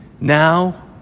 Now